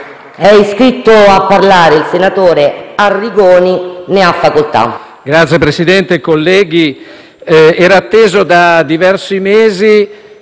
È iscritto a parlare il senatore Pillon. Ne ha facoltà.